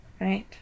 Right